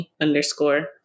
underscore